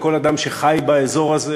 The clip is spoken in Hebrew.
לכל אדם שחי באזור הזה.